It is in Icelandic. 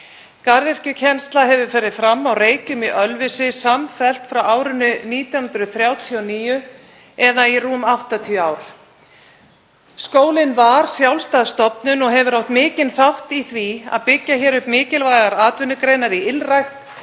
Garðyrkjukennsla hefur farið fram á Reykjum í Ölfusi samfellt frá árinu 1939 eða í rúm 80 ár. Skólinn var sjálfstæð stofnun og hefur átt mikinn þátt í því að byggja upp mikilvægar atvinnugreinar í ylrækt,